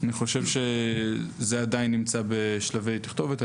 אני חושב שזה עדיין נמצא בשלבי תכתובת.